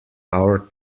our